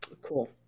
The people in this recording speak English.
Cool